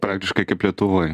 praktiškai kaip lietuvoj